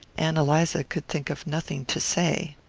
ann eliza could think of nothing to say.